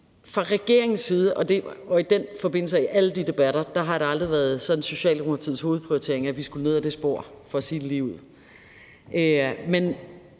ene eller den anden vej. I den forbindelse har det i alle de debatter aldrig været Socialdemokratiets hovedprioritering, at vi skulle ned ad det spor, for at sige det ligeud. Men